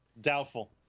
Doubtful